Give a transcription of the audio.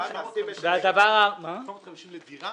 אבל נשים את זה --- 750 לדירה?